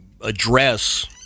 address